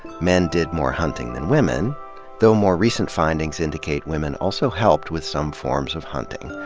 men did more hunting than women though more recent findings indicate women also helped with some forms of hunting.